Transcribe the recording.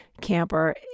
camper